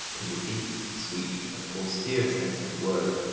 in the deep, sweet, and austere sense of the word.